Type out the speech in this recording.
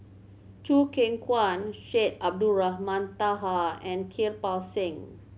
Choo Keng Kwang Syed Abdulrahman Taha and Kirpal Singh